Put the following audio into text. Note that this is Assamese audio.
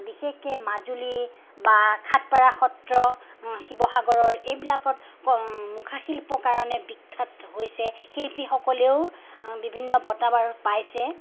বিশেষকে মাজুলী বা খাটপাৰা সত্ৰ শিৱসাগৰৰ এইবিলাকত মুখা শিল্পৰ কাৰণে বিখ্যাত হৈছে শিল্পীসকলেও বিভিন্ন বঁটা বাৰু পাইছে